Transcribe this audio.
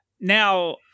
Now